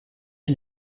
and